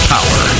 Power